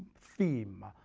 theme.